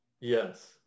Yes